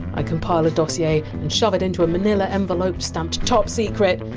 i compile a dossier and shove it into a manila envelope stamped top secret,